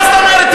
מה זאת אומרת?